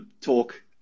talk